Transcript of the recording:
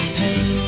pain